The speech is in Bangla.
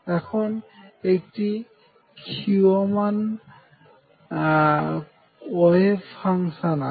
এখানে একটি ক্ষীয়মান ওয়েভ ফাংশান আছে